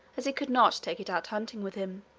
as he could not take it out hunting with him.